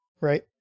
Right